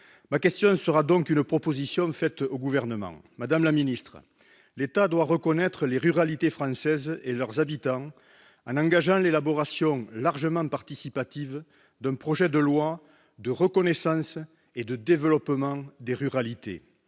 Ma question sera en réalité une proposition faite au Gouvernement : madame la ministre, l'État doit reconnaître les ruralités françaises et leurs habitants en engageant l'élaboration, largement participative, d'un projet de loi de reconnaissance et de développement des ruralités.